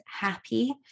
happy